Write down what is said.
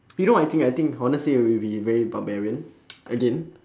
you know I think I think honestly we'll be very barbarian again